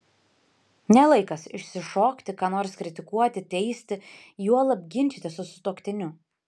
ne laikas išsišokti ką nors kritikuoti teisti juolab ginčytis su sutuoktiniu